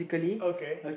okay